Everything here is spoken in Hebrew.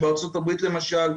בארצות-הברית למשל,